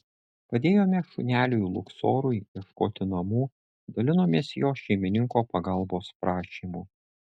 padėjome šuneliui luksorui ieškoti namų dalinomės jo šeimininko pagalbos prašymu